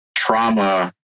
Trauma